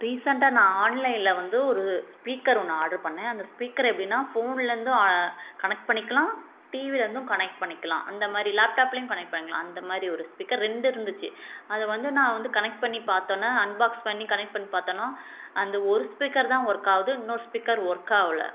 ரீசன்ட்டாக நான் ஆன்லைனில் வந்து ஒரு ஸ்பீக்கர் ஒன்று ஆர்டர் பண்ணேன் அந்த ஸ்பீக்கர் எப்படின்னா ஃபோனில் இருந்து கனெக்ட் பண்ணிக்கலாம் டிவியில் இருந்தும் கனெக்ட் பண்ணிக்கலாம் அந்த மாதிரி லேப்டாப்லையும் கனெக்ட் பண்ணிக்கலாம் அந்த மாதிரி ஒரு ஸ்பீக்கர் ரெண்டு இருந்துச்சு அது வந்து நான் வந்து கனெக்ட் பண்ணி பார்த்தோன அன்பாக்ஸ் பண்ணி கனெக்ட் பண்ணி பார்த்தோன அந்த ஒரு ஸ்பீக்கர் தான் ஒர்க் ஆகுது இன்னொரு ஸ்பீக்கர் ஒர்க் ஆகல